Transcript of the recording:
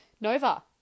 Nova